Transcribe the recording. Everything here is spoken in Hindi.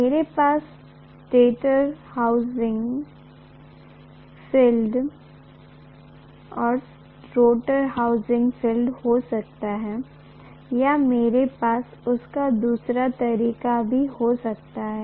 मेरे पास स्टेटर हाउसिंग फील्ड और रोटर हाउसिंग आर्मेचर हो सकता है या मेरे पास इसका दूसरा तरीका भी हो सकता है